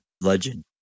Legend